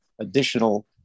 additional